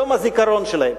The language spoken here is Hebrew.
יום הזיכרון שלהם.